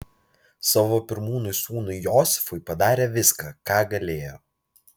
savo pirmūnui sūnui josifui padarė viską ką galėjo